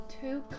Two